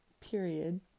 period